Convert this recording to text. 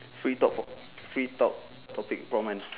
free talk oh free talk topic prompt